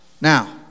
Now